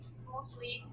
smoothly